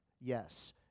Yes